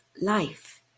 life